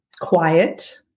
quiet